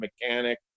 mechanic